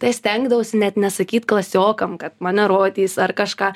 tai stengdavausi net nesakyt klasiokam kad mane rodys ar kažką